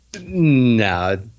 No